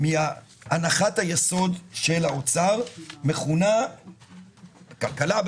מהנחת היסוד של האוצר מכונה בכלכלה,